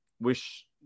wish